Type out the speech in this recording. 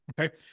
Okay